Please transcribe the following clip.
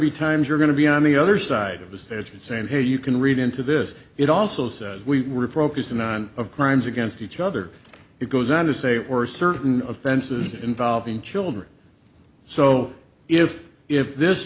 be times you're going to be on the other side of this there's concern here you can read into this it also says we were focusing on of crimes against each other it goes on to say we're certain offenses involving children so if if this